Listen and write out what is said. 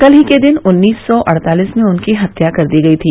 कल ही के दिन उन्नीस सौ अड़तालिस में उनकी हत्या कर दी गयी थी